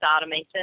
automation